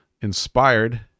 inspired